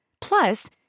Plus